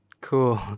cool